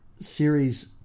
series